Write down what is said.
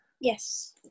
Yes